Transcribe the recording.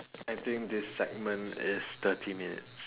I think this segment is thirty minutes